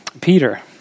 Peter